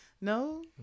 No